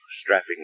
strapping